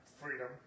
freedom